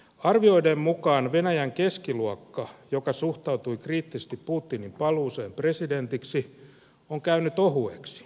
arvioiden mukaan venäjän keskiluokka joka suhtautui kriittisesti putinin paluuseen presidentiksi on käynyt ohueksi